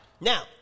Now